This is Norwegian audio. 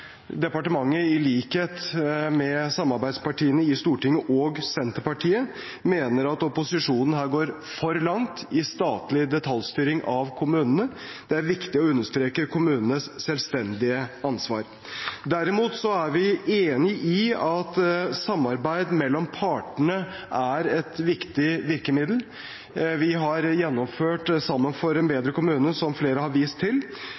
departementet, i likhet med Senterpartiet og samarbeidspartiene i Stortinget, mener at opposisjonen her går for langt i statlig detaljstyring av kommunene. Det er viktig å understreke kommunenes selvstendige ansvar. Derimot er vi enig i at samarbeid mellom partene er et viktig virkemiddel. Vi har gjennomført «Sammen for en bedre kommune», som flere har vist til,